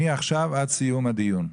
מעכשיו עד סיום הדיון.